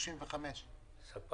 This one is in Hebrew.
לא.